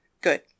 Good